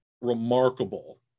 remarkable